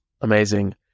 Amazing